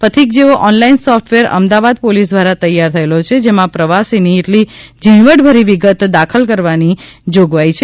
પથિક જેવો online software Ahmedabad police દ્વારા તૈયાર થયેલો છે જેમાં પ્રવાસીની એટલી ઝીણવટભરી વિગત દાખલ કરવાની જોગવાઈ છે